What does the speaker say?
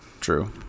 true